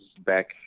back